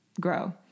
grow